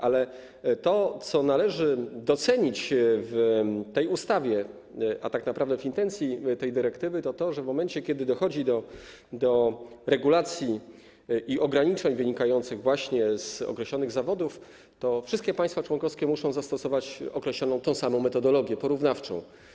Ale to, co należy docenić w tej ustawie, a tak naprawdę w intencji tej dyrektywy, to to, że w momencie, kiedy dochodzi do regulacji i ograniczeń wynikających właśnie z określonych zawodów, to wszystkie państwa członkowskie muszą zastosować określoną, tę samą metodologię porównawczą.